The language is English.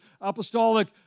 apostolic